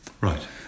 Right